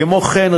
כמו כן,